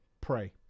pray